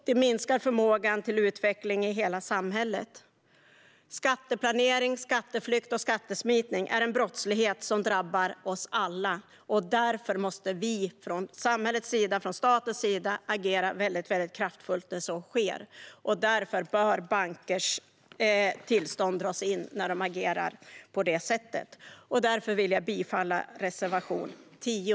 Det minskar förmågan till utveckling i hela samhället. Skatteplanering, skatteflykt och skattesmitning är en brottslighet som drabbar oss alla. Därför måste vi från samhällets och statens sida agera väldigt kraftfullt när så sker; bankers tillstånd bör dras in när de agerar på det sättet. Jag yrkar bifall till reservation 10.